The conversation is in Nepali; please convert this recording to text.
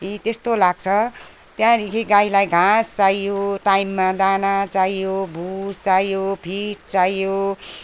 त्यस्तो लाग्छ त्यहाँदेखि गाईलाई घाँस चाहियो टाइममा दाना चाहियो भुस चाहियो फिड चाहियो